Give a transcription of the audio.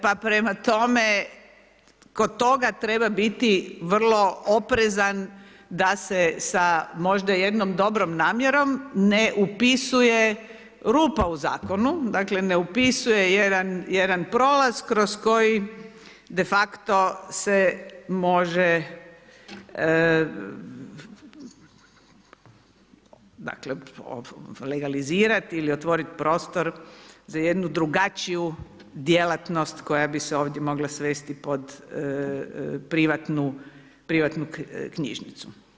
Pa prema tome kod toga treba biti vrlo oprezan da se sa možda jednom dobrom namjerom ne upisuje rupa u zakonu, dakle ne upisuje jedan prolaz kroz koji defakto se može, dakle legalizirat ili otvorit prostor za jednu drugačiju djelatnost koja bi se ovdje mogla svesti pod privatnu knjižnicu.